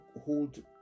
hold